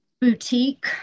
boutique